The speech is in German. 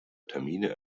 termine